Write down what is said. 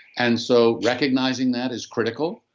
and so recognizing that is critical.